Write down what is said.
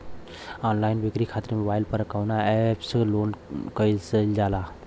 Online बिक्री खातिर mobile पर कवना एप्स लोन कईल जाला?